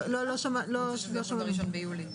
לא מקובל.